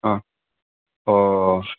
ஆ ஓ ஓ